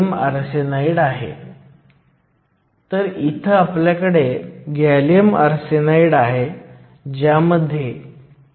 तर हा फॉर्म्युला असा आहे की ज्याचा वापर आपण पूर्वी डिप्लीशन रिजनच्या रुंदीची गणना करण्यासाठी केला होता